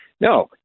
No